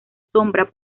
sombra